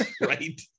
right